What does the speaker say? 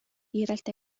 kiirelt